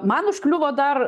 man užkliuvo dar